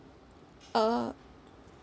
uh